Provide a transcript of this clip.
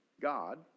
God